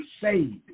saved